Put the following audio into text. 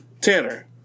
Tanner